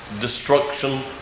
destruction